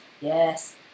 yes